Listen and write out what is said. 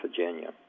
Virginia